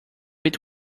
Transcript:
eat